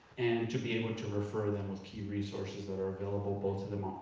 and to be able to refer them with key resources that are available both to them,